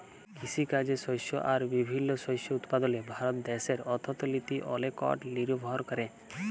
কিসিকাজে শস্য আর বিভিল্ল্য শস্য উৎপাদলে ভারত দ্যাশের অথ্থলিতি অলেকট লিরভর ক্যরে